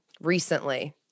recently